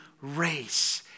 race